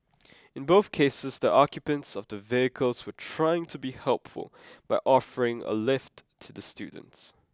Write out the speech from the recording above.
in both cases the occupants of the vehicles were trying to be helpful by offering a lift to the students